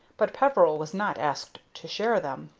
but peveril was not asked to share them.